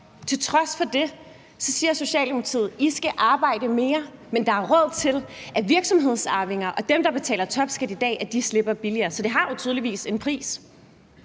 sygemeldt med stress hver eneste dag: I skal arbejde mere, men der er råd til, at virksomhedsarvinger og dem, der betaler topskat i dag, slipper billigere. Så det har jo tydeligvis en pris.